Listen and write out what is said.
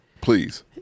Please